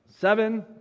seven